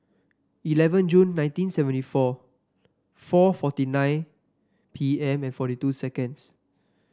eleven June nineteen seventy four four forty nine P M forty two seconds